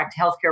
healthcare